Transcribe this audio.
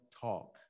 talk